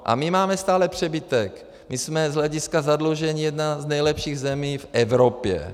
A my máme stále přebytek, jsme z hlediska zadlužení jedna z nejlepších zemí v Evropě.